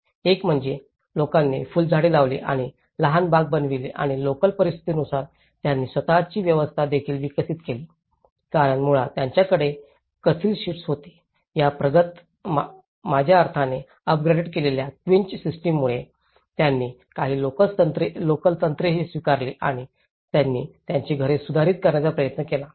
एक म्हणजे लोकांनी फुलझाडे लावली आणि लहान बाग बनविली आणि लोकल परिस्थितीनुसार त्यांची स्वतःची व्यवस्था देखील विकसित केली कारण मुळात त्यांच्याकडे कथील शीट्स होती या प्रगत माझ्या अर्थाने अपग्रेड केलेल्या क्विंच सिस्टममुळे त्यांनी काही लोकल तंत्रेही स्वीकारली आणि त्यांनी त्यांची घरे सुधारित करण्याचा प्रयत्न करा